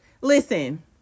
listen